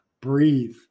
Breathe